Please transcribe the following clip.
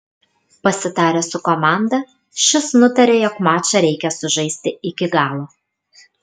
pasitaręs su komanda šis nutarė jog mačą reikia sužaisti iki galo